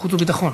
חוץ וביטחון.